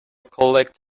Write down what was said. collects